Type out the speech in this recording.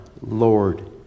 lord